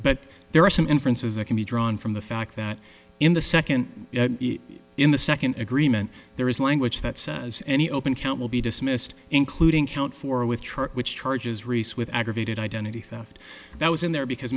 but there are some inferences that can be drawn from the fact that in the second in the second agreement there is language that says any open count will be dismissed including count four with her which charges reese with aggravated identity theft that was in there because